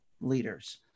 leaders